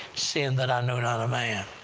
seeing that i know not a man?